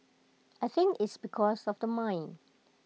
I think it's because of the mine